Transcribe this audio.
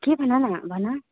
के भन न भन